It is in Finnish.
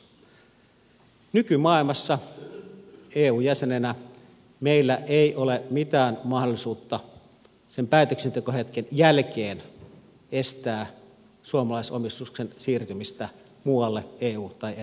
nykymaailmassa eun jäsenenä meillä ei ole mitään mahdollisuutta sen päätöksentekohetken jälkeen estää suomalaisomistuksen siirtymistä muualle eu tai eta alueelle